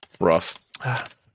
rough